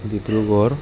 Dibrugarh